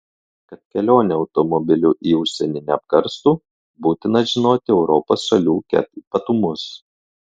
kad kelionė automobiliu į užsienį neapkarstų būtina žinoti europos šalių ket ypatumus